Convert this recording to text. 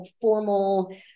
formal